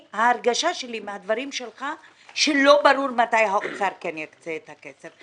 ההרגשה שלי מהדברים שלך היא שלא ברור מתי האוצר כן יקצה את הכסף.